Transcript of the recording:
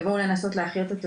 יבואו לנסות להחיות אותו.